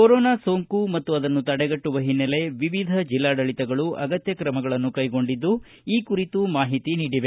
corona ಸೋಂಕು ಮತ್ತು ಅದನ್ನು ತಡೆಗಟ್ಟುವ ಹಿನ್ನೆಲೆ ವಿವಿಧ ಜಿಲ್ಲಾಡಳಿತಗಳು ಅಗತ್ಯ ಕ್ರಮಗಳನ್ನು ಕೈಗೊಂಡಿದ್ದು ಈ ಕುರಿತು ಮಾಹಿತಿ ನೀಡಿವೆ